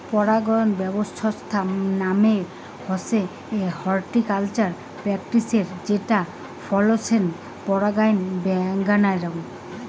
পরাগায়ন ব্যবছস্থা মানে হসে হর্টিকালচারাল প্র্যাকটিসের যেটা ফছলের পরাগায়ন বাড়াযঙ